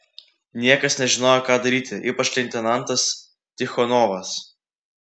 niekas nežinojo ką daryti ypač leitenantas tichonovas